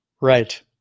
right